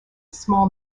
small